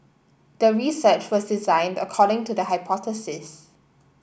the research was designed according to the hypothesis